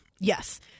Yes